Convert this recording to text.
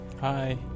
Hi